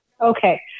Okay